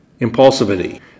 impulsivity